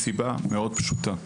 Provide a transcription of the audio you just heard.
מסיבה פשוטה מאוד: